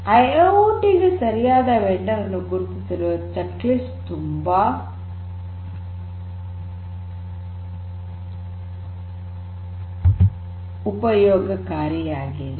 IIoT ಗೆ ಸರಿಯಾದ vendor ಅನ್ನು ಗುರುತಿಸಲು ಚೆಕ್ ಲಿಸ್ಟ್ ತುಂಬಾ ಉಪಯೋಗಕಾರಿಯಾಗಿದೆ